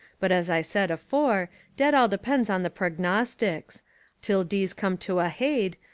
but as i said afore, dat all de pends on the prognotics till dese come to a haid,